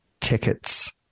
tickets